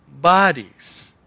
bodies